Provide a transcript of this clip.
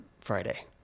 Friday